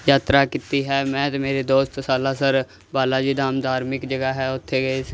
ਯਾਤਰਾ ਕੀਤੀ ਹੈ ਮੈਂ ਅਤੇ ਮੇਰੇ ਦੋਸਤ ਸਾਲਾਸਰ ਬਾਲਾ ਜੀ ਧਾਮ ਧਾਰਮਿਕ ਜਗ੍ਹਾ ਹੈ ਉੱਥੇ ਗਏ